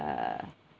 uh